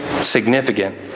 significant